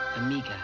Amiga